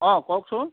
অঁ কওকচোন